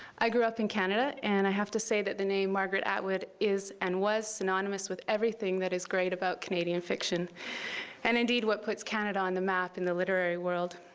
i grew up in canada. and i have to say that the name margaret atwood is and was synonymous with everything that is great about canadian fiction and, indeed, what puts canada on the map in the literary world.